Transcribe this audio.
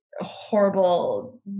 horrible